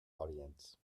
audience